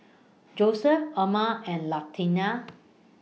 Joeseph Erma and Latanya